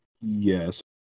Yes